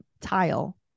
tile